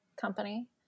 company